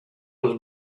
was